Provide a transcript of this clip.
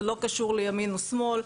זה לא קשור לימין או שמאל,